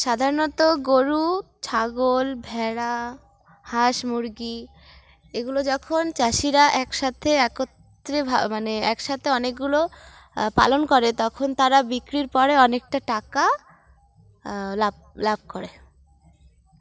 সাধারণত গরু ছাগল ভেড়া হাঁস মুরগি এগুলো যখন চাষিরা একসাথে একত্রে মানে একসাথে অনেকগুলো পালন করে তখন তারা বিক্রির পরে অনেকটা টাকা লাভ লাভ করে